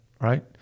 right